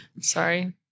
Sorry